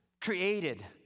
created